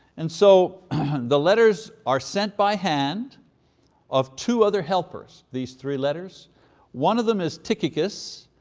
and so the letters are sent by hand of two other helpers. these three letters one of them is tychicus,